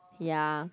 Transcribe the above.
ya